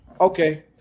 okay